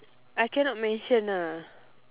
I cannot mention ah